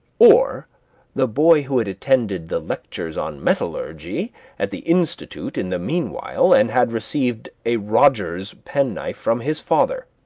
or the boy who had attended the lectures on metallurgy at the institute in the meanwhile, and had received a rodgers' penknife from his father?